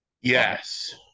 Yes